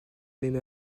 même